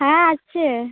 হ্যাঁ আছে